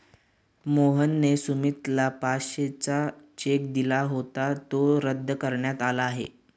मोहनने सुमितला पाचशेचा चेक दिला होता जो रद्द करण्यात आला आहे